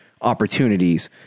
opportunities